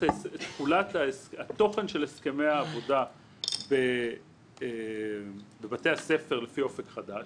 התוכן של הסכמי העבודה בבתי הספר לפי "אופק חדש",